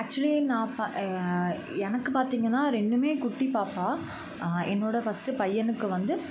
actually நான் ப எனக்கு பார்த்தீங்கன்னா ரெண்டுமே குட்டி பாப்பா என்னோடய ஃபஸ்ட்டு பையனுக்கு வந்து